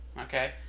okay